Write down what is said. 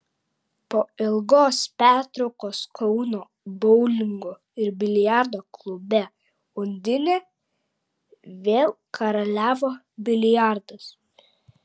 po ilgos pertraukos kauno boulingo ir biliardo klube undinė vėl karaliavo biliardas